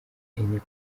enye